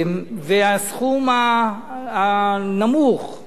והסכום הנמוך,